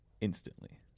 instantly